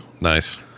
Nice